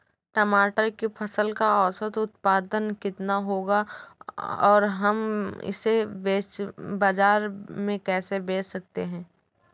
टमाटर की फसल का औसत उत्पादन कितना होगा और हम इसे बाजार में कैसे बेच सकते हैं?